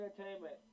entertainment